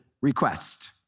request